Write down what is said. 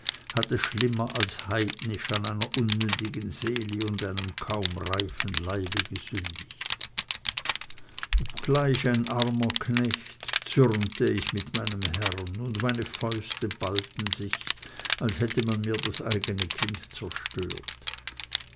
hatte schlimmer als heidnisch an einer unmündigen seele und einem kaum reifen leibe gesündigt obgleich ein armer knecht zürnte ich mit meinem herrn und meine fäuste ballten sich als hätte man mir das eigene kind zerstört